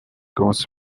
commence